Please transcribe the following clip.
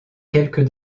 quelques